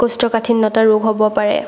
কৌষ্ঠকাঠিন্যতা ৰোগ হ'ব পাৰে